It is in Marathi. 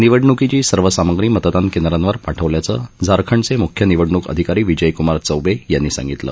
निवडणूकीची सर्व साम्गी मतदान केंद्रावर पाठवल्याचं झारखंडचे म्ख्य निवडणूक अधिकारी विजयक्मार चौबे यांनी सांगितलं